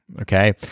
okay